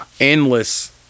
Endless